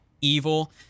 evil